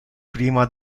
prima